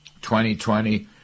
2020